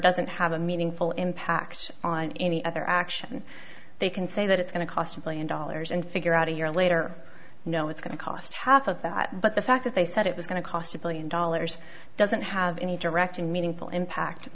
doesn't have a meaningful impact on any other action they can say that it's going to cost a billion dollars and figure out a year later no it's going to cost half of that but the fact that they said it was going to cost a billion dollars doesn't have any direct and meaningful impact